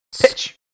Pitch